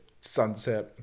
sunset